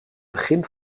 begin